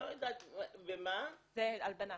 לא יודעת מה --- זו הלבנה.